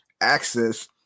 access